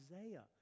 Isaiah